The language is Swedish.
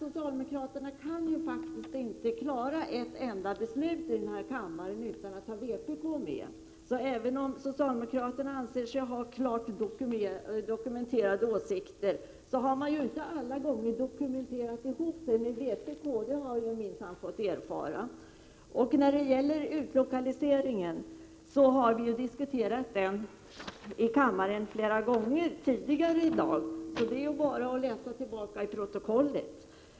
Socialdemokraterna kan faktiskt inte klara ett enda beslut här i kammaren utan att ha vpk med sig. Även om socialdemokraterna anser sig ha klart dokumenterade åsikter, har de inte alla gånger stämt av dem mot vpk — det har vi minsann fått erfara. Utlokaliseringsverksamheten har vi tidigare i dag diskuterat flera gånger i kammaren, vilket kommer att framgå av dagens protokoll.